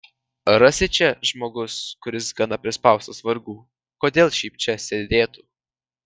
rasi čia žmogus kuris gana prispaustas vargų kodėl šiaip čia sėdėtų